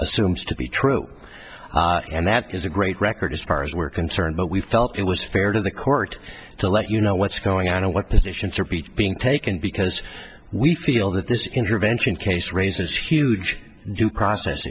assumes to be true and that is a great record as far as we're concerned but we felt it was fair to the court to let you know what's going on and what positions are be being taken because we feel that this intervention case raises huge due process